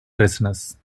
prisoners